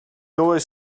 always